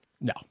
No